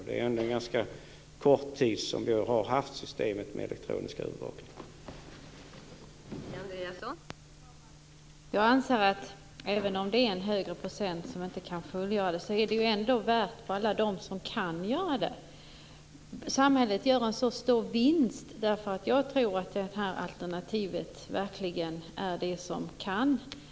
Det är ändå en ganska kort tid som systemet med elektronisk övervakning har funnits.